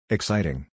Exciting